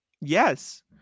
yes